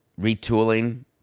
retooling